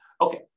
Okay